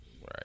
Right